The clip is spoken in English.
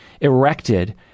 erected